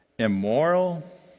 immoral